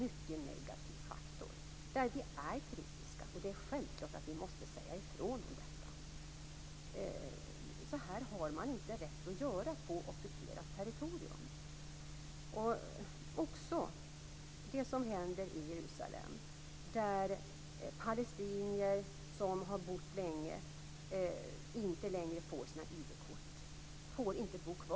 Vi är kritiska, och det är självklart att vi måste säga ifrån: Så har man inte rätt att göra på ockuperat territorium. Palestinier som har bott länge i Jerusalem får inte längre id-kort. De får inte bo kvar.